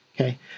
Okay